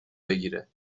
بگیره